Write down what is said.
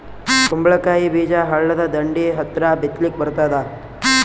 ಕುಂಬಳಕಾಯಿ ಬೀಜ ಹಳ್ಳದ ದಂಡಿ ಹತ್ರಾ ಬಿತ್ಲಿಕ ಬರತಾದ?